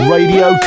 Radio